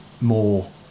more